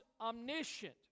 omniscient